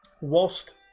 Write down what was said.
Whilst